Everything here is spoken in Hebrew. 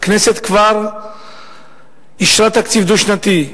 הכנסת כבר אישרה תקציב דו-שנתי,